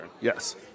Yes